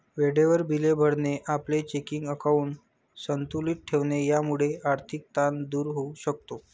वेळेवर बिले भरणे, आपले चेकिंग अकाउंट संतुलित ठेवणे यामुळे आर्थिक ताण दूर होऊ शकतो